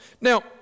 Now